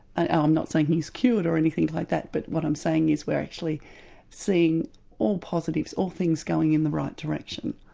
and ah i'm not saying he's cured or anything like that but what i'm saying is we are actually seeing all positives, all things going in the right direction.